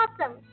awesome